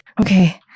Okay